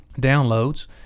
downloads